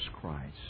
Christ